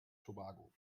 tobago